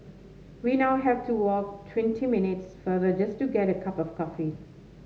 we now have to walk twenty minutes farther just to get a cup of coffee